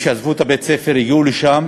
שעזבו את בית-הספר והגיעו לשם